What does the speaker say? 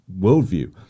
worldview